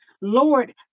Lord